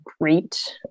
great